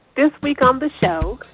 this week on the show,